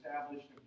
established